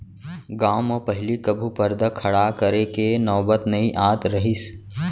गॉंव म पहिली कभू परदा खड़ा करे के नौबत नइ आत रहिस